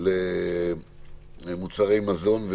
למוצרי מזון.